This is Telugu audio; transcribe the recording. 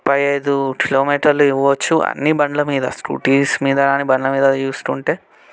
ముప్పై ఐదు కిలోమీటర్లు ఇవ్వచ్చు అన్ని బండ్ల మీద స్కూటీస్ మీద కానీ బండ్ల మీద చూసుకుంటే